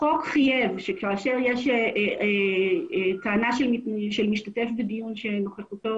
החוק חייב שכאשר יש טענה של משתתף בדיון שנוכחותו